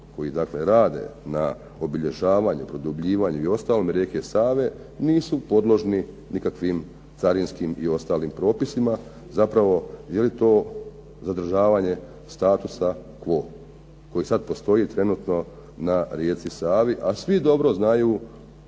koji rade na obilježavanju i produbljivanju i ostalome rijeke Save, nisu podložni nikakvim carinskim i ostalim propisima, zapravo je li to zadržavanje statusa quo, koji sada trenutno postoji na rijeci Savi, a svi dobro znaju